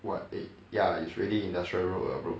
what eh ya it's really industrial road lah bro